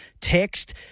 text